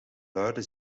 luide